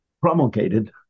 promulgated